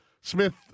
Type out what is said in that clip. Smith